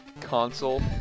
console